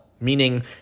meaning